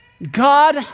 God